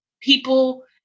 people